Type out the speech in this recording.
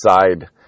side